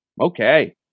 Okay